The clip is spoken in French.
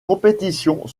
compétition